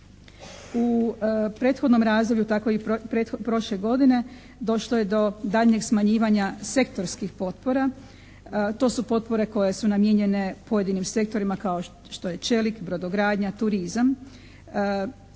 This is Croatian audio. U prethodnom razdoblju tako i prošle godine došlo je do daljnjeg smanjivanja sektorskih potpora. To su potpore koje su namijenjene pojedinim sektorima kao što je čelik, brodogradnja, turizam.